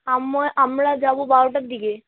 আমরা আমরা যাবো বারোটার দিকে